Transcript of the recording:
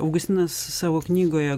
augustinas savo knygoje